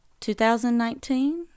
2019